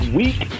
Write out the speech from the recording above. week